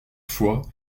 fois